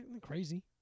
crazy